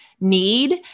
need